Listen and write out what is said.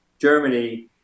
Germany